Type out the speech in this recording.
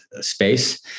space